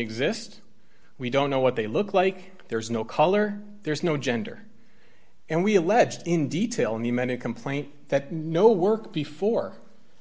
exist we don't know what they look like there's no color there's no gender and we alleged in detail in the amended complaint that no work before